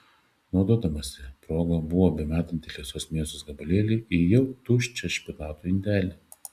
naudodamasi proga buvo bemetanti liesos mėsos gabalėlį į jau tuščią špinatų indelį